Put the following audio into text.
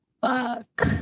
Fuck